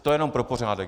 To jenom pro pořádek.